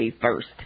first